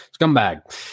scumbag